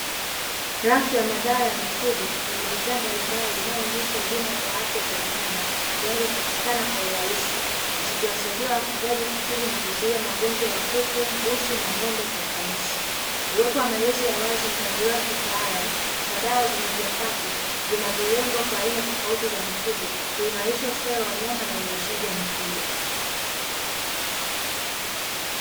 Rafu ya madawa ya mifugo yenye bidhaa mbalimbali, inayoonyesha huduma za afya za wanyama zinazopatikana kwa urahisi, zikiwasaidia wafugaji kutibu na kuzuia magonjwa ya kuku, mbuzi na ngo'mbe kwa ufanisi. Uwepo wa maelezo ya wazi, mpangilio wa kitaalamu na dawa zenye viambato vinavyolengwa kwa aina tofauti za mifugo, huimarisha ustawi wa wanyama na uzalishaji wa mifugo.